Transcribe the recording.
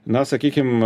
na sakykim